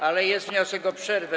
Ale jest wniosek o przerwę.